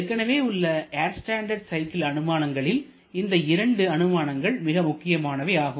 ஏற்கனவே உள்ள air standard cycle அனுமானங்களின் இந்த இரண்டு அனுமானங்கள் மிக முக்கியமானவை ஆகும்